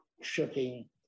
shipping